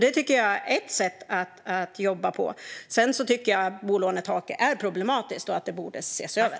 Det är ett sätt att jobba på. Bolånetaket är problematiskt, och det borde ses över.